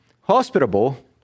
hospitable